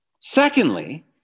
Secondly